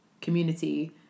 community